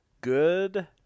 Good